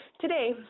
today